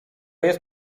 jest